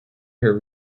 her